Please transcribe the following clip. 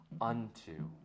unto